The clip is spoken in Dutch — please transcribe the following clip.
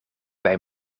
bij